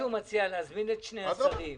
הוא מציע להזמין את שני השרים.